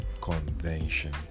convention